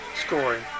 scoring